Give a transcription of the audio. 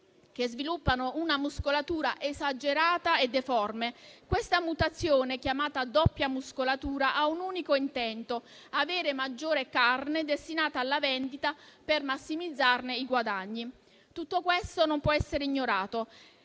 che sviluppano una muscolatura esagerata e deforme. Questa mutazione - chiamata doppia muscolatura - ha un unico intento: avere maggiore carne destinata alla vendita per massimizzarne i guadagni. Tutto questo non può essere ignorato.